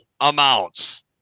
amounts